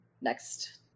next